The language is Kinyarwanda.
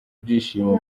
ibyishimo